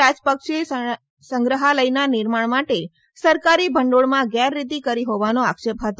રાજપક્ષે સંગ્રહાલયના નિર્માણ માટે સરકારી ભંડોળમાં ગેરરીતિ કરી હોવાનો આક્ષેપ હતો